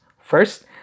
First